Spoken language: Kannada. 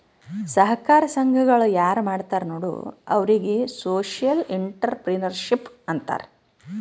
ಸಹಕಾರ ಸಂಘಗಳ ಯಾರ್ ಮಾಡ್ತಾರ ನೋಡು ಅವ್ರಿಗೆ ಸೋಶಿಯಲ್ ಇಂಟ್ರಪ್ರಿನರ್ಶಿಪ್ ಅಂತಾರ್